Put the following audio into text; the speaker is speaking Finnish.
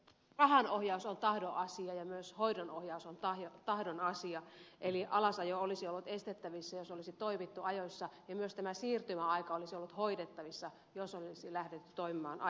rahan ohjaus on tahdon asia ja myös hoidon ohjaus on tahdon asia eli alasajo olisi ollut estettävissä jos olisi toimittu ajoissa ja myös tämä siirtymäaika olisi ollut hoidettavissa jos olisi lähdetty toimimaan ajoissa